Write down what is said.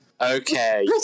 Okay